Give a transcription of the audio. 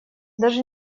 даже